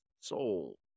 soul